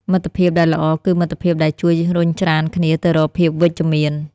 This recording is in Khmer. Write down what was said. មិត្តភាពដែលល្អគឺមិត្តភាពដែលជួយរុញច្រានគ្នាទៅរកភាពវិជ្ជមាន។